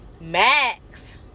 Max